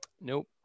Nope